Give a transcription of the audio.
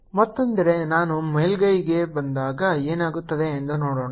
Minside0 ಮತ್ತೊಂದೆಡೆ ನಾನು ಮೇಲ್ಮೈಗೆ ಬಂದಾಗ ಏನಾಗುತ್ತದೆ ಎಂದು ನೋಡೋಣ